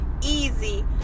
easy